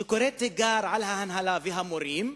שקורא תיגר על ההנהלה והמורים,